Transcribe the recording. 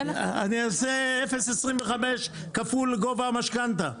אני עושה 0.25 כפול גובה המשכנתה.